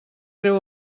treu